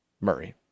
Murray